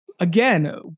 again